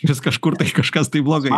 vis kažkur tai kažkas tai blogai